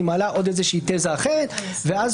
היא מעלה עוד איזושהי תזה אחרת ואומרת